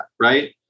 right